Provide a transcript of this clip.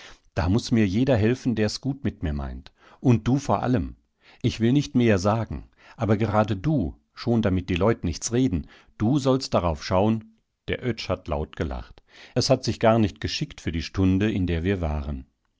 da muß mir jeder helfen der's gut mit mir meint und du vor allem ich will nicht mehr sagen aber gerade du schon damit die leut nichts reden du sollst darauf schauen der oetsch hat laut gelacht es hat sich gar nicht geschickt für die stunde in der wir waren